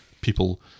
people